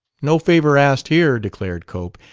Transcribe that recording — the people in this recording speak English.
no favor asked here, declared cope.